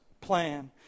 plan